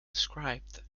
described